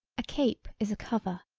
a cape is a cover,